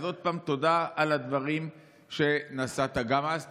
אז עוד פעם, תודה על הדברים שנשאת גם אז.